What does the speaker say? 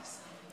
תודה רבה.